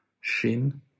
Shin